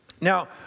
Now